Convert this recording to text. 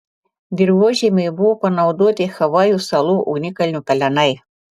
dirvožemiui buvo panaudoti havajų salų ugnikalnių pelenai